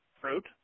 fruit